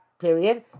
period